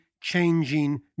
changing